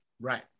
right